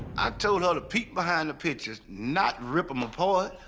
i told her to peek behind the pictures, not rip them apart.